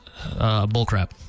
Bullcrap